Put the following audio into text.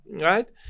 right